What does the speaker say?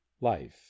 life